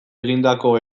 egindako